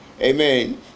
Amen